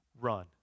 run